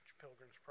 Pilgrim's